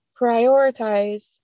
prioritize